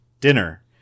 dinner